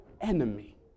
enemy